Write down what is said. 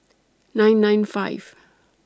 nine nine five